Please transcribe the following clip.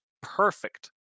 perfect